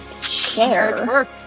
Share